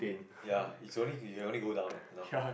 ya it's only you can only go down eh you know